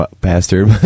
bastard